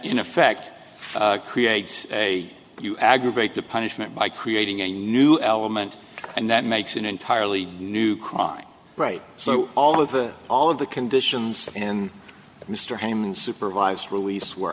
in effect creates a you aggravate the punishment by creating a new element and that makes an entirely new crime right so all of the all of the conditions and mr hamlyn supervised release were